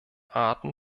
arten